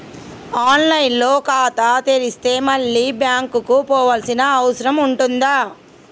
On line లో ఖాతా తెరిస్తే మళ్ళీ బ్యాంకుకు పోవాల్సిన అవసరం ఉంటుందా?